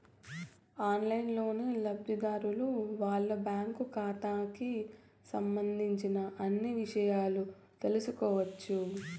ఆన్లైన్లోనే లబ్ధిదారులు వాళ్ళ బ్యాంకు ఖాతాకి సంబంధించిన అన్ని ఇషయాలు తెలుసుకోవచ్చు